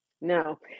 No